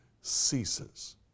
ceases